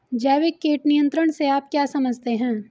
जैविक कीट नियंत्रण से आप क्या समझते हैं?